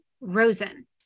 Rosen